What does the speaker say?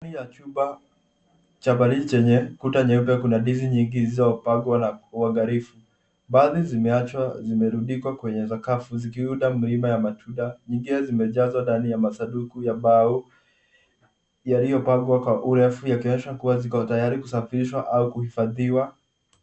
Ndani ya chumba cha baridi chenye kuta nyeupe kuna ndizi nyingi zilizopagwa kwa uangalifu. Baadhi zimeachwa na zimerudikwa kwenye sakafu zikiunda milima ya matunda zingine zimejazwa ndani ya masanduku ya mbao yaliyopagwa kwa urefu yakionyesha kuwa yako tayari kusafirishwa au kuhifadhiwa .